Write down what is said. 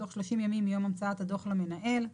בתוך 30 ימים מיום הוצאת הדו"ח למנהל.